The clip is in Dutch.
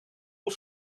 met